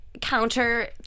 counter